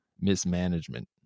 mismanagement